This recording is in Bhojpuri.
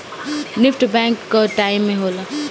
निफ्ट बैंक कअ टाइम में होला